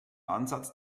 ansatz